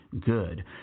good